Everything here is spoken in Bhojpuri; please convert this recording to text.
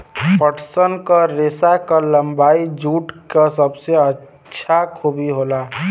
पटसन क रेसा क लम्बाई जूट क सबसे अच्छा खूबी होला